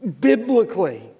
biblically